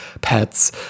pets